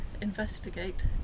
investigate